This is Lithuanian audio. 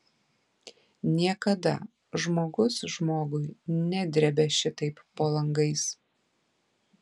niekada žmogus žmogui nedrėbė šitaip po langais